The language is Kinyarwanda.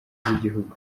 z’igihugu